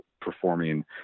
performing